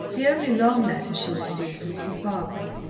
the only long letter she received was from barbara.